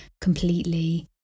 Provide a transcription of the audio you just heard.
completely